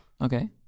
Okay